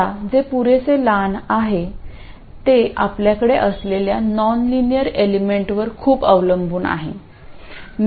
आता जे पुरेसे लहान आहे ते आपल्याकडे असलेल्या नॉनलिनियर एलिमेंटवर खूप अवलंबून आहे